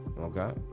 okay